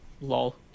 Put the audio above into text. Lol